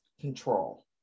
control